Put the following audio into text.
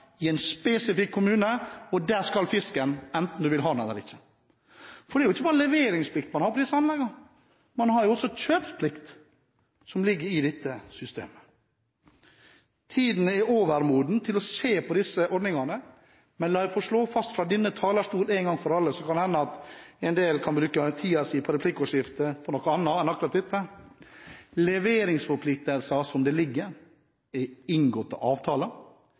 i en spesifikk kommune – og dit skal fisken, enten man vil ha den eller ikke. Det er ikke bare leveringsplikt man har på disse anleggene. Det ligger også en kjøpsplikt i dette systemet. Tiden er overmoden for å se på disse ordningene, men la meg få slå fast fra denne talerstolen en gang for alle – så kan kanskje en del bruke tiden sin i replikkordskiftet på noe annet enn akkurat dette: Leveringsforpliktelsene som de foreligger, er inngåtte avtaler.